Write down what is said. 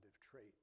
trait